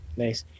nice